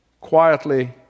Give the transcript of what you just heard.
quietly